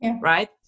Right